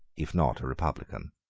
if not a republican.